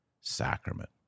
sacrament